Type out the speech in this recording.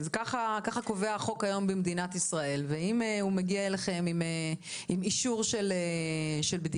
ככה קובע החוק היום במדינת ישראל ואם הוא מגיע אליכם עם אישור של בדיקה,